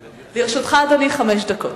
לרשותך, אדוני, חמש דקות.